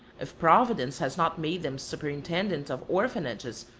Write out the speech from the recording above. if providence has not made them superintendents of orphanages,